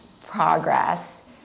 progress